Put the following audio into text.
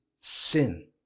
sin